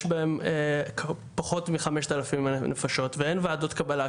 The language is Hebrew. בהם פחות מ-5,000 נפשות ואין ועדות קבלה,